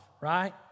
right